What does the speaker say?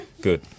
Good